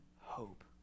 hope